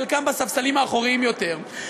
חלקם בספסלים האחוריים יותר,